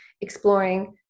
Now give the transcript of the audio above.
exploring